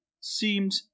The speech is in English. seemed